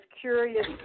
curious